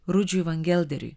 rudžiui vangelderiui